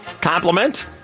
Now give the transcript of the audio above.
compliment